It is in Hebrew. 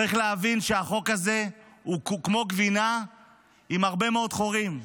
צריך להבין שהחוק הזה הוא כמו גבינה עם הרבה מאוד חורים.